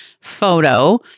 photo